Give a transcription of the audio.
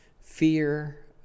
fear